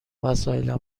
وسایلم